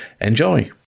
Enjoy